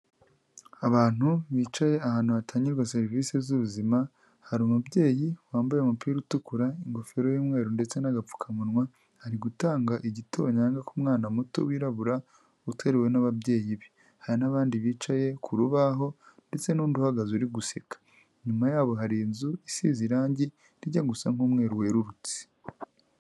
Abantu bicaye ahantu hatangirwa serivise z'ubuzima, hari umubyeyi wambaye umupira utukura ingofero y'umweru ndetse n'agapfukamunwa, ari gutanga igitonyanga ku mwana muto wirabura uterewe n'ababyeyi be, hari n'abandi bicaye ku rubaho ndetse n'undi uhagaze uri guseka, inyuma yabo hari inzu isize irangi rijya gusa, umweru werurutse.